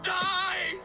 die